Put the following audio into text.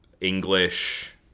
English